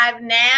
now